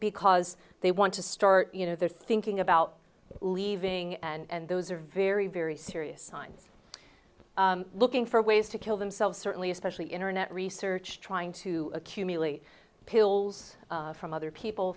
because they want to start you know they're thinking about leaving and those are very very serious signs looking for ways to kill themselves certainly especially internet research trying to accumulate pills from other people